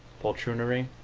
poltroonry,